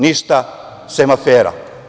Ništa, sem afera.